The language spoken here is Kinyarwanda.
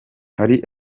hari